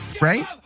right